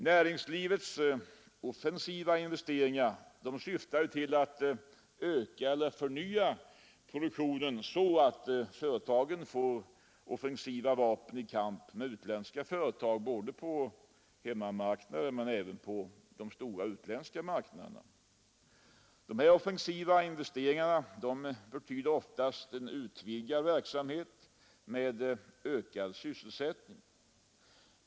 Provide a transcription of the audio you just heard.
Näringslivets offensiva investeringar syftar ju till att öka eller förnya produktionen så att företagen får offensiva vapen i kampen med utländska företag både på hemmamarknaden och på de utländska marknaderna. Offensiva investeringar betyder oftast utvidgad verksamhet med ökad sysselsättning.